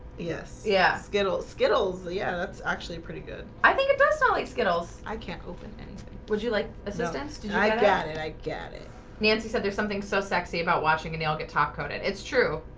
yes, yes skittles skittles. yeah, that's actually pretty good. i think it does smell like skittles. i can't open and it would you like assistance did i get it? i get it nancy said there's something so sexy about watching and y'all get top coat it. it's true.